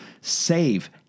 save